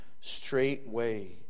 straightway